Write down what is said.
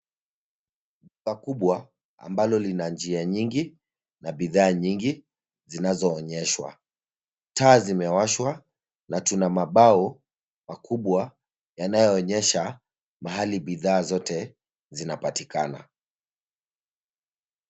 Duka kubwa, ambalo lina njia nyingi, na bidhaa nyingi, zinazoonyeshwa. Taa zimewashwa, na tuna mabao makubwa, yanayoonyesha, mahali bidhaa zote zinapatikana.